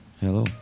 Hello